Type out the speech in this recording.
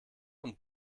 und